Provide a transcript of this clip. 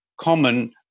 common